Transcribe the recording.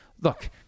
look